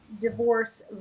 divorce